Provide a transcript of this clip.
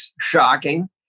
shocking